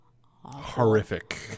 Horrific